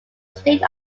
state